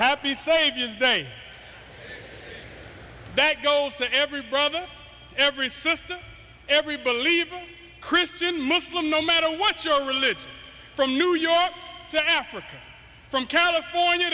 happy saviors day that goes to every brother every sister every believer christian muslim no matter what your religion from new york to africa from california